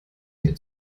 mir